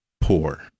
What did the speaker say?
poor